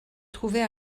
trouvait